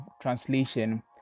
translation